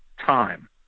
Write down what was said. time